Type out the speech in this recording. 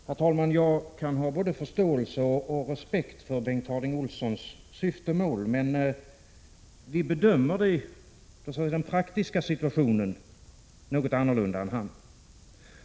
Herr talman! Jag kan ha både förståelse och respekt för Bengt Harding Olsons syftemål, men vi bedömer den praktiska situationen något annorlunda än han.